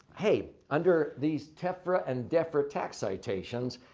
hey, under these tefra and defra tax citations,